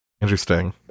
Interesting